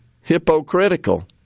hypocritical